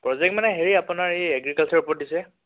project মানে হেৰি আপোনাৰ এই এগ্ৰিকালছাৰ ওপৰত দিছে